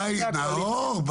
די, נאור.